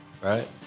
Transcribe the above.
right